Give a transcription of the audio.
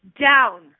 down